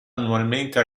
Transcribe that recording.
annualmente